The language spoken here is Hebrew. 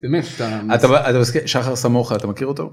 באמת אתה, אתה מזכיר, שחר סמוכה אתה מכיר אותו?